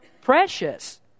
precious